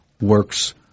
works